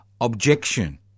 Objection